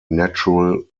natural